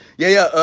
yeah, yeah,